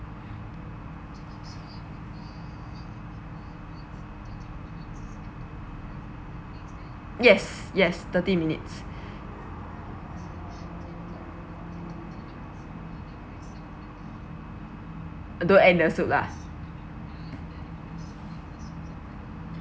yes yes thirty minutes don't add the soup lah